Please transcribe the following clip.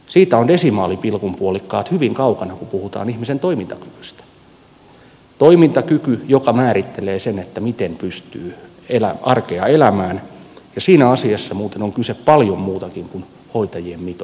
siitä ovat desimaalipilkun puolikkaat hyvin kaukana kun puhutaan ihmisen toimintakyvystä toimintakyvystä joka määrittelee sen miten pystyy arkea elämään ja siinä asiassa muuten on kyse paljon muustakin kuin hoitajamitoituksesta